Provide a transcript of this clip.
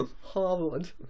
Harvard